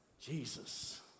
Jesus